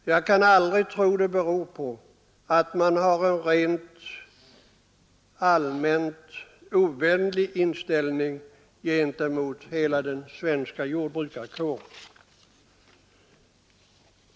Jag kan aldrig tro att uttalandena beror på att regeringen har en rent allmänt ovänlig inställning gentemot hela den svenska jordbrukarkåren.